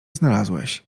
znalazłeś